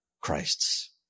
Christ's